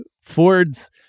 Ford's